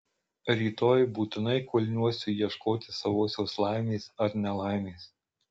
rytoj būtinai kulniuosiu ieškoti savosios laimės ar nelaimės